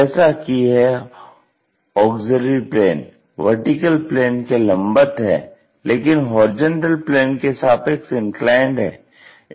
जैसा कि यह ऑग्ज़िल्यरी प्लेन VP के लंबवत है लेकिन HP के सापेक्ष इन्क्लाइन्ड है